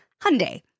Hyundai